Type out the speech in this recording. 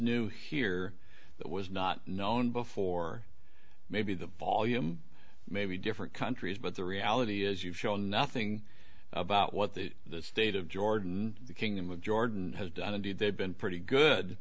new here that was not known before maybe the volume maybe different countries but the reality is you've shown nothing about what the state of jordan the kingdom of jordan has done indeed they've been pretty good